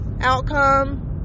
Outcome